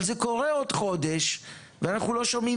אבל זה קורה עוד חודש ואנחנו לא שומעים